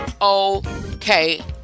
okay